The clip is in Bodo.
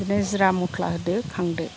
बिदिनो जिरा मस्ला होदो खांदो